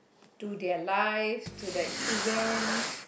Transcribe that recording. to their life to their event